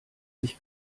sich